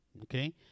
okay